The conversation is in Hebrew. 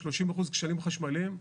30% כשלים חשמליים,